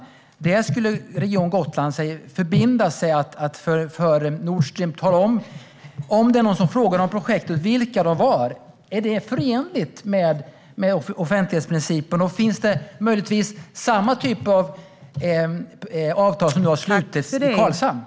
Om någon skulle ställa frågor om projektet skulle Region Gotland förbinda sig tala om för Nord Stream vem det var. Är det förenligt med offentlighetsprincipen, och har möjligtvis samma typ av avtal slutits med Karlshamn?